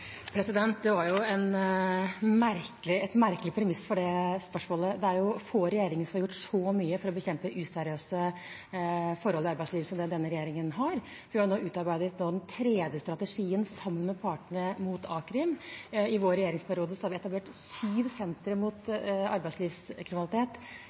Det var et merkelig premiss for det spørsmålet. Det er få regjeringer som har gjort så mye for å bekjempe useriøse forhold i arbeidslivet som denne regjeringen. Vi utarbeider nå den tredje strategien mot a-krim sammen med partene. I vår regjeringsperiode har vi etablert syv sentre